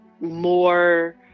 more